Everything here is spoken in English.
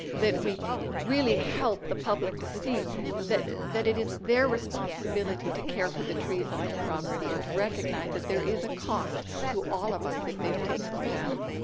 that we really help the public to see that that it is their responsibility to care for the trees on their property and to recognize that there is a cost to all of us if they take them down.